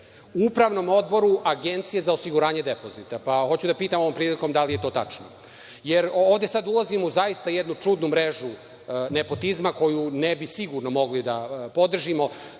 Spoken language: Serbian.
u Upravnom odboru Agencije za osiguranje depozita, pa hoću da pitam – da li je to tačno? Ovde sada ulazimo zaista u jednu čudnu mrežu nepotizma koju ne bi sigurno mogli da podržimo.